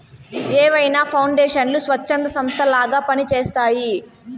ఏవైనా పౌండేషన్లు స్వచ్ఛంద సంస్థలలాగా పని చేస్తయ్యి